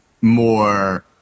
more